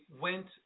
went